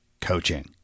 coaching